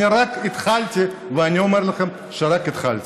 אני רק התחלתי, ואני אומר לכם שרק התחלתי.